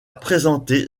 présenté